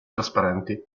trasparenti